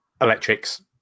electrics